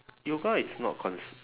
yoga is not cons~